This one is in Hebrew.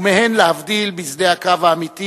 ולהבדיל, בשדה הקרב האמיתי